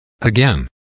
Again